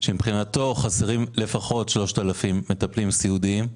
שלדעתו חסרים לפחות כ-3,000 מטפלים סיעודיים.